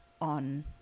on